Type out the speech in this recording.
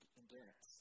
endurance